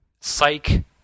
psych